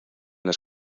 las